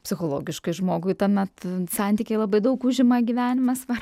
psichologiškai žmogui tuomet santykiai labai daug užima gyvenimas va